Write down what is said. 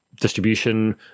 distribution